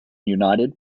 united